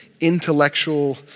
intellectual